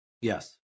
Yes